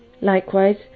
Likewise